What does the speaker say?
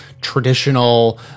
traditional